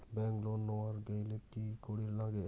Bank loan নেওয়ার গেইলে কি করীর নাগে?